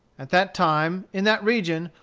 at that time, in that region,